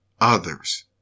others